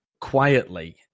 quietly